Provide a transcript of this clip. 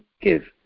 give